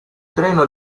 treno